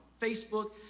Facebook